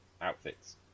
outfits